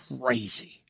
crazy